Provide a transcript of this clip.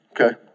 okay